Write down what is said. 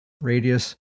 radius